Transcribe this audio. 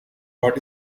what